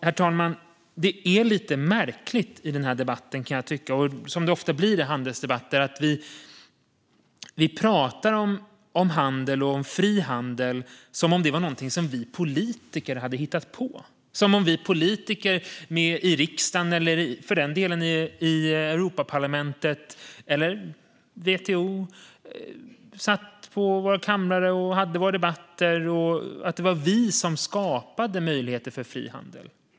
Herr talman! Som det ofta blir i handelsdebatter, lite märkligt kan jag tycka, pratar vi här om handel och fri handel som om det vore någonting som vi politiker har hittat på. Det är som om vi politiker i riksdagen eller för den delen i Europaparlamentet eller WTO satt på våra kammare och hade debatter och skapade möjligheter för fri handel.